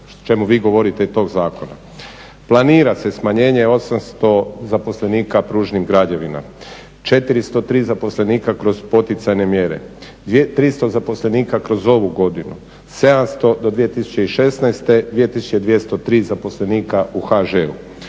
o čemu vi govorite i tog zakona. Planira se smanjenje 800 zaposlenika pružnih građevina, 403 zaposlenika kroz poticajne mjere, 300 zaposlenika kroz ovu godinu, 700 do 2016., 2203 zaposlenika u HŽ-u.